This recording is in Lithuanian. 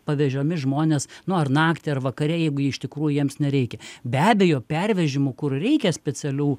pavežami žmonės nu ar naktį ar vakare jeigu iš tikrųjų jiems nereikia be abejo pervežimų kur reikia specialių